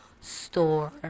store